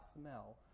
smell